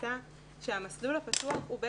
מתפיסה שהמסלול הפתוח הוא,